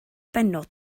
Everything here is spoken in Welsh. bennod